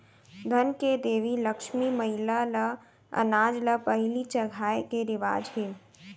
धन के देवी लक्छमी मईला ल अनाज ल पहिली चघाए के रिवाज हे